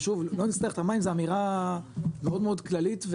ושוב לא נצטרך את המים זה אמירה מאוד מאוד כללית,